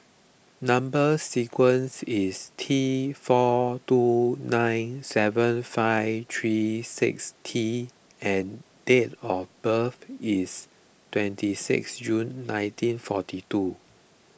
Number Sequence is T four two nine seven five three six T and date of birth is twenty six June nineteen forty two